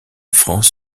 france